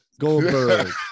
Goldberg